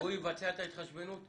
הוא יבצע את ההתחשבנות?